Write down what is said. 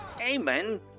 Amen